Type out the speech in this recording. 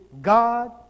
God